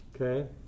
Okay